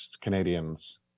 Canadians